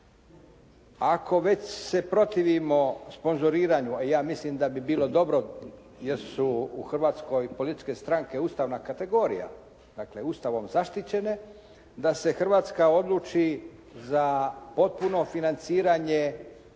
Ako već se protivimo sponzoriranju, a ja mislim da bi bilo dobro jer su u Hrvatskoj političke stranke ustavna kategorija, dakle Ustavom zaštićene, da se Hrvatska odluči za potpuno financiranje